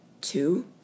two